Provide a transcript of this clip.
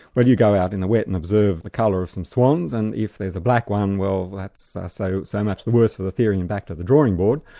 when you go out in the wet and observe the colour of some swans, and if there's a black one, well that's ah so so much the worse for the theory, and back to the drawing board,